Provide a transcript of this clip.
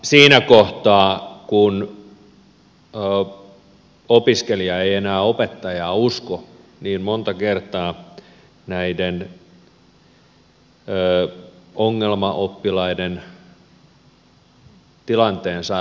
siinä kohtaa kun opiskelija ei enää opettajaa usko monta kertaa näiden ongelmaoppilaiden tilanteen saa rauhoittumaan talkkari